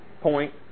point